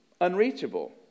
unreachable